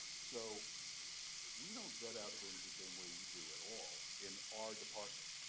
so we don't vet out things the same way you do at all in our department.